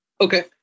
Okay